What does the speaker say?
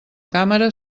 càmera